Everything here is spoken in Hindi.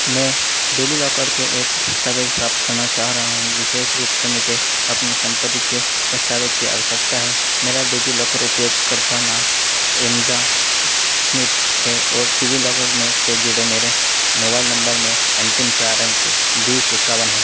मैं डेलीलॉकर से एक दस्तावेज़ प्राप्त करना चाह रहा हूँ विशेष रूप से मुझे अपने संपत्ति के दस्तावेज़ की आवश्यकता है मेरा डिजिलॉकर उपयोगकर्ता नाम रिमजा स्मिथ है और डिजिलॉकर से जुड़े मेरे मोबाइल नंबर के अंतिम चार अंक बीस इक्कावन हैं